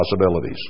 possibilities